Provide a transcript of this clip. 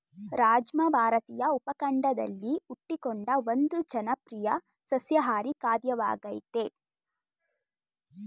ರಾಜ್ಮಾ ಭಾರತೀಯ ಉಪಖಂಡದಲ್ಲಿ ಹುಟ್ಟಿಕೊಂಡ ಒಂದು ಜನಪ್ರಿಯ ಸಸ್ಯಾಹಾರಿ ಖಾದ್ಯವಾಗಯ್ತೆ